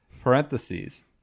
parentheses